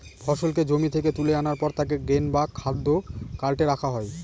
ফসলকে জমি থেকে তুলে আনার পর তাকে গ্রেন বা খাদ্য কার্টে রাখা হয়